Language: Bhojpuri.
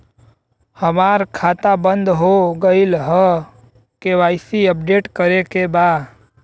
हमार खाता बंद हो गईल ह के.वाइ.सी अपडेट करे के बा?